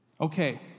Okay